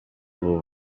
ubu